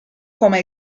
come